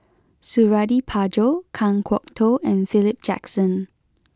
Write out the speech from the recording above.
Suradi Parjo Kan Kwok Toh and Philip Jackson